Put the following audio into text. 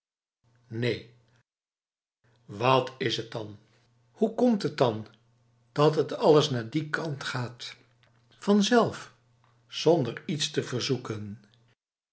neen wat is het dan hoe komt het dan dat het alles naar die kant gaat vanzelf zonder iets te verzoeken